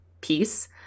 piece